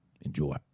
Enjoy